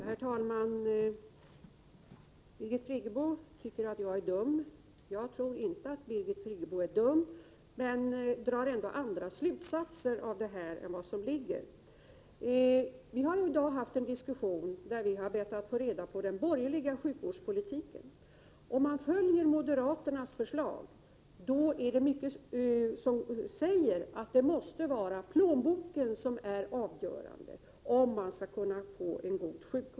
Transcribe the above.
Herr talman! Birgit Friggebo tycker att jag är dum. Jag tror inte att Birgit Friggebo är dum, men jag drar ändå andra slutsatser av detta. Vi har i dag haft en diskussion där vi har bett att få reda på den borgerliga sjukvårdspolitiken. Om man följer moderaternas förslag är det mycket som talar för att plånboken blir avgörande för om man skall få en god sjukvård.